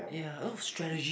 ya a lot of strategy